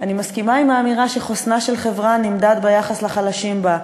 אני מסכימה לאמירה שחוסנה של חברה נמדד ביחס לחלשים בה,